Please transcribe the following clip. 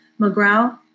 McGraw